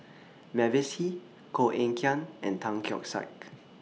Mavis Hee Koh Eng Kian and Tan Keong Saik